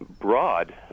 broad